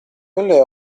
quelle